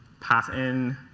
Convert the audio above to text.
pass in.